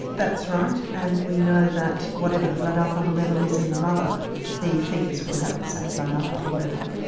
that's right and we know that whatever the blood alcohol level is in the mother the foetus will have the same blood alcohol level.